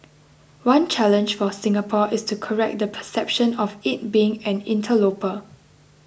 one challenge for Singapore is to correct the perception of it being an interloper